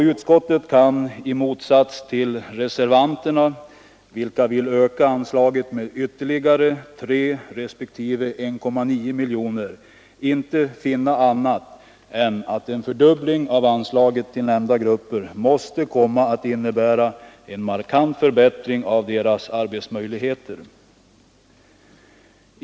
Utskottet kan i motsats till reservanterna, vilka vill öka anslaget med ytterligare 3 respektive 1,9 miljoner, inte finna annat än att en fördubbling av anslaget till nämnda grupper måste komma att innebära en markant förbättring av deras arbetsmöjligheter.